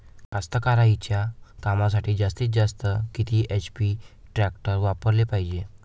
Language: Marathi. कास्तकारीच्या कामासाठी जास्तीत जास्त किती एच.पी टॅक्टर वापराले पायजे?